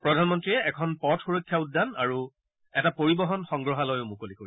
প্ৰধানমন্ত্ৰীয়ে এখন পথ সুৰক্ষা উদ্যান আৰু এটা পৰিবহণ সংগ্ৰহালয়ো মুকলি কৰিব